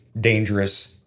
dangerous